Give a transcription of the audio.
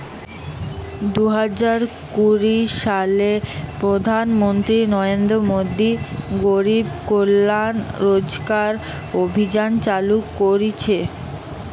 দুই হাজার কুড়ি সালে প্রধান মন্ত্রী নরেন্দ্র মোদী গরিব কল্যাণ রোজগার অভিযান চালু করিছে